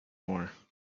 more